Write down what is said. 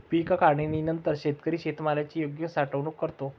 पीक काढणीनंतर शेतकरी शेतमालाची योग्य साठवणूक करतो